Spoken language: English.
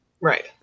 Right